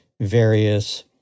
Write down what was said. various